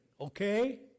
okay